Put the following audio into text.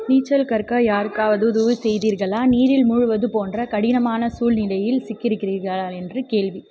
நீச்சல் கற்க யாருக்காவது உதவி செய்தீர்களா நீரில் மூழ்குவது போன்ற கடினமான சூழ்நிலையில் சிக்கி இருக்கிறீர்களா என்று கேள்வி